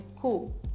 cool